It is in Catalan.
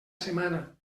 setmana